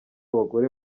abagore